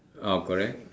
oh correct